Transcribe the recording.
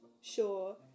sure